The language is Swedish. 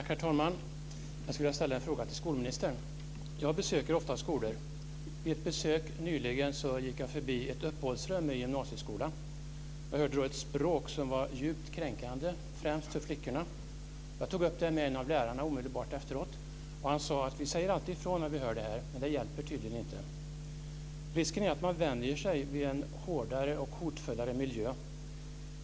Herr talman! Jag skulle vilja ställa en fråga till skolministern. Jag besöker ofta skolor. Vid ett besök nyligen i en gymnasieskola gick jag förbi ett uppehållsrum. Jag hörde då ett språk som var djupt kränkande, främst för flickorna. Jag tog omedelbart efteråt upp det här med en av lärarna. Han sade: Vi säger alltid ifrån när vi hör sådant här, men det hjälper tydligen inte. Risken är att man vänjer sig vid en hårdare och hotfullare miljö.